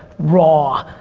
raw,